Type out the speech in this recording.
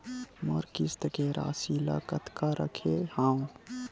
मोर किस्त के राशि ल कतका रखे हाव?